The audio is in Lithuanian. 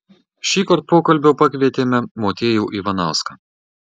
šįkart pokalbio pakvietėme motiejų ivanauską